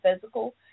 physical